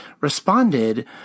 responded